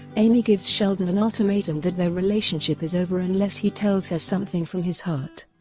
amy gives sheldon an ultimatum that their relationship is over unless he tells her something from his heart.